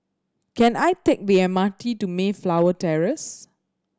can I take the M R T to Mayflower Terrace